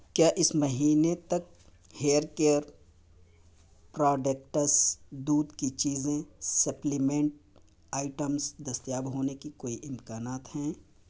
کیا اس مہینے تک ہیئر کیئر پراڈکٹس دودھ کی چیزیں سپلیمنٹ آئٹمس دستیاب ہونے کے کوئی امکانات ہیں